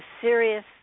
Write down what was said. serious